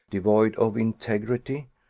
devoid of integrity,